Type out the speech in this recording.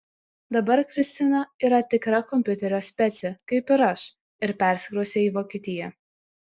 dabar kristina yra tikra kompiuterio specė kaip ir aš ir persikraustė į vokietiją